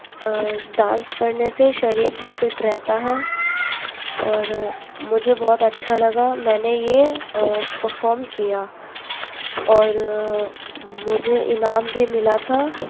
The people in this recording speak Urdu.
ڈانس کرنے سے شریر بھی فٹ رہتا ہے اور مجھے بہت اچھا لگا میں نے یہ پرفام کیا اور مجھے انعام بھی ملا تھا